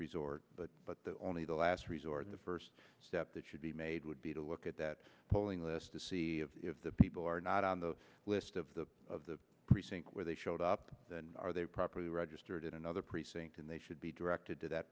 resort but only the last resort and the first step that should be made would be to look at that polling list to see if the people are not on the list of the of the precinct where they showed up are they properly registered in another precinct and they should be directed to that